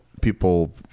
people